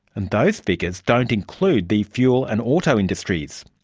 and those figures don't include the fuel and auto industries.